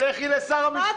אין לו סמכות,